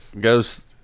goes